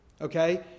Okay